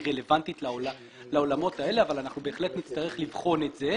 רלוונטית לעולמות האלה אבל אנחנו בהחלט נצטרך לבחון את זה